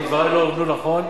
אם דברי לא הובנו נכון,